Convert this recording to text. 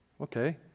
Okay